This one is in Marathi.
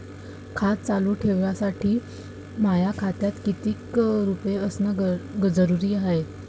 खातं चालू ठेवासाठी माया खात्यात कितीक रुपये असनं जरुरीच हाय?